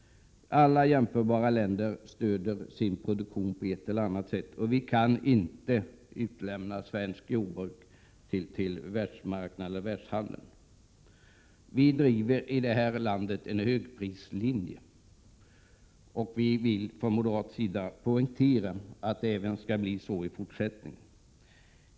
Alla jämförbara länder stöder sin produktion på ett eller annat sätt. Vi kan inte utlämna svenskt jordbruk till världsmarknaden och världshandeln. Vi driver i det här landet en högprislinje, och vi vill från moderat sida poängtera att vi vill ha det så även i fortsättningen.